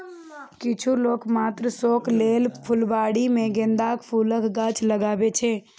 किछु लोक मात्र शौक लेल फुलबाड़ी मे गेंदाक फूलक गाछ लगबै छै